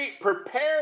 prepared